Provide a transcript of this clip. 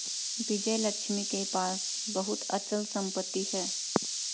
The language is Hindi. विजयलक्ष्मी के पास बहुत अचल संपत्ति है